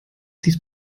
dies